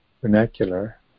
vernacular